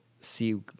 see